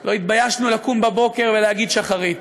לא התביישנו לקום בבוקר ולהגיד שחרית.